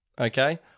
Okay